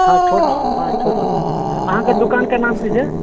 अहाँके दोकान के नाम की छै